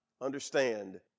understand